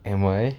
am I